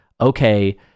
okay